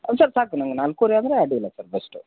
sir ಸಾಕು ನಮ್ಗೆ ನಾಲ್ಕೂವರೆ ಅಂದರೆ ಅಡ್ಡಿಯಿಲ್ಲ ಸರ್ ಬೆಸ್ಟು